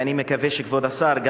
ואני מקווה שכבוד השר,